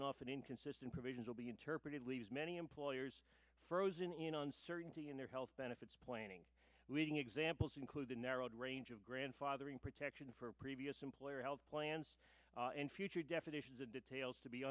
and often inconsistent provisions will be interpreted leaves many employers frozen in uncertainty in their health benefits planning leading examples include the narrowed range of grandfathering protection for previous employer health plans and future definitions of details to be